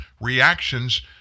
reactions